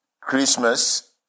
Christmas